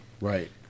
Right